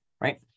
right